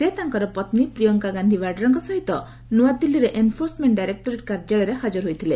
ସେ ତାଙ୍କର ପତ୍ନୀ ପ୍ରିୟଙ୍କା ଗାନ୍ଧୀ ବାଡ୍ରାଙ୍କ ସହିତ ନ୍ତଆଦିଲ୍ଲୀରେ ଏନ୍ଫୋର୍ସମେଣ୍ଟ ଡାଇରେକ୍ଟୋରେଟ କାର୍ଯ୍ୟାଳୟରେ ହାଜର ହୋଇଥିଲେ